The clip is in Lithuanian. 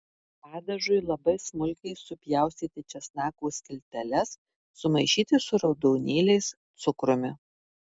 padažui labai smulkiai supjaustyti česnako skilteles sumaišyti su raudonėliais cukrumi